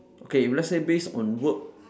okay if let's say based on work